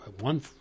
one